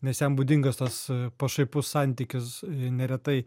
nes jam būdingas tas pašaipus santykis neretai